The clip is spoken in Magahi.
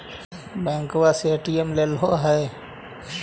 बैंकवा से ए.टी.एम लेलहो है?